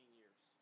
years